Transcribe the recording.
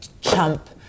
chump